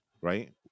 right